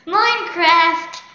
Minecraft